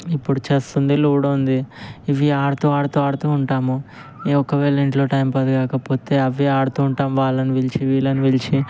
ఇప్పుడు చెస్ ఉంది లూడో ఉంది ఇవి ఆడుతూ ఆడుతూ ఆడుతూ ఉంటాము ఒకవేళ ఇంట్లో టైంపాస్ కాకపోతే అవి ఆడుతూ ఉంటాం వాళ్ళను పిలిచి వీళ్ళను పిలిచి